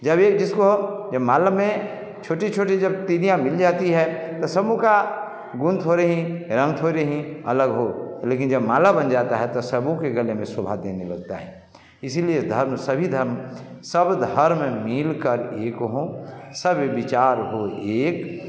जब ए जिसको जब मालों में छोटी छोटी जब तिनियाँ मिल जाती है तो समूह का गुण थोड़ी हीं रंग थोड़ी हीं अलग हो लेकिन जब माला बन जाता है तो सभों के गले में शोभा देने लगता है इसीलिए धर्म सभी धर्म सब धर्म मिलकर एक हों सब विचार हों एक